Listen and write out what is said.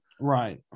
Right